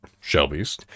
Shelby's